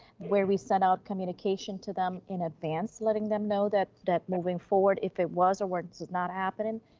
where we send out communication to them in advance, letting them know that that moving forward, if it was a word, this is not happening.